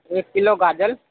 ایک کلو گاجر